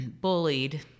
bullied